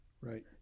Right